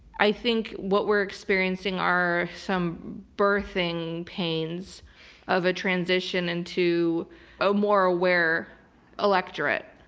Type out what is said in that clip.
i think what we're experiencing are some birthing pains of a transition and to a more aware electorate.